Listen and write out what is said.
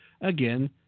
again